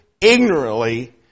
ignorantly